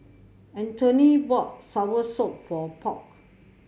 Anthony bought soursop for Polk